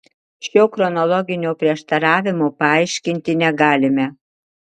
šio chronologinio prieštaravimo paaiškinti negalime